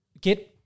get